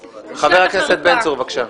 חבר הכנסת בן צור, בבקשה.